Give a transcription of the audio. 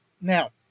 now